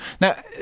Now